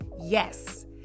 yes